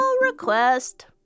request